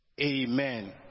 Amen